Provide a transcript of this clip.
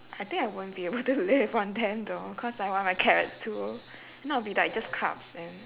I think I won't be able to live on them though because I want my carrots too if not it'll be like just carbs and